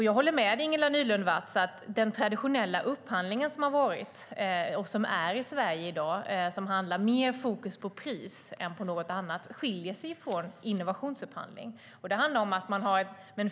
Jag håller med Ingela Nylund Watz om att den traditionella upphandling som har funnits och finns i Sverige i dag och som lägger mer fokus på pris än på något annat skiljer sig från innovationsupphandling.